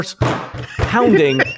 pounding